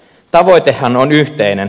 tavoitehan on yhteinen